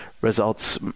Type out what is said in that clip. results